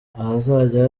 ahazajya